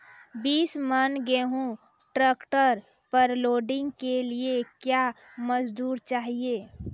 बीस मन गेहूँ ट्रैक्टर पर लोडिंग के लिए क्या मजदूर चाहिए?